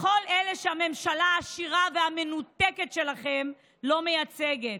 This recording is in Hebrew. בכל אלה שהממשלה העשירה והמנותקת שלכם לא מייצגת,